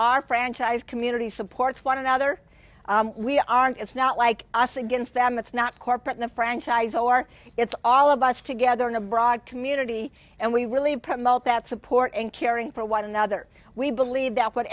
our franchise community supports one another we aren't it's not like us against them it's not corporate the franchise or it's all of us together in a broad community and we really promote that support and caring for one another we believe that w